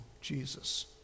Jesus